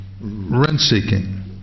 rent-seeking